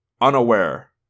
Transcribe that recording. unaware